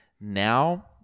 now